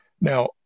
Now